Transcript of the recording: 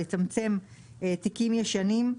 לצמצם תיקים ישנים,